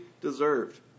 deserved